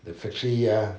the factory ya